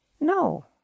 No